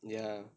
ya